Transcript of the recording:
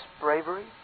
bravery